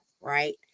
Right